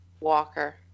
Walker